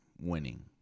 winning